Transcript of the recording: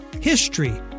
history